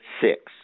six